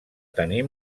tenir